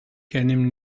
gennym